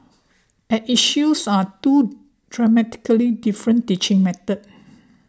at issues are two dramatically different teaching methods